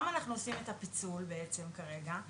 למה אנחנו עושים את הפיצול בעצם כרגע?